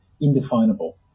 indefinable